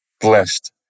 blessed